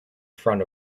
front